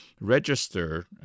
register